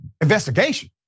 investigation